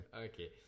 okay